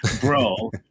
Bro